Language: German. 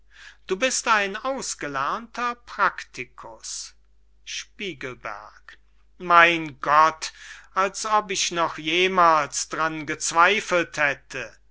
du bist ein ausgelernter prakticus spiegelberg mein gott als ob ich noch jemals dran gezweifelt hätte